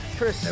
Chris